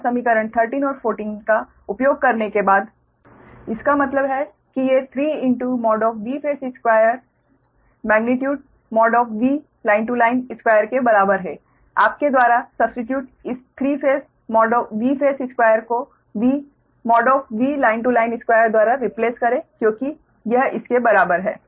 और समीकरण 13 और 14 का उपयोग करने के बाद इसका मतलब है कि ये 3Vphase2 मेग्नीट्यूड VL L2 के बराबर हैं आपके द्वारा सब्स्टीट्यूट इस 3 phase Vphase2 को VL L2 द्वारा रिप्लेस करे क्योंकि यह इस के बराबर है